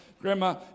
Grandma